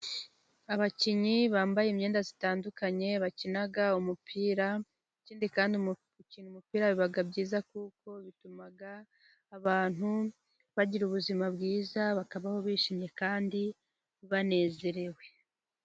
Abakinnyi bambaye imyenda itandukanye bakina umupira. Ikindi kandi mu gukina umupira biba byiza kuko bituma abantu bagira ubuzima bwiza, bakabaho bishimye kandi banezerewe.